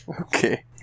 Okay